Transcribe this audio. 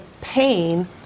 pain